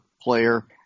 player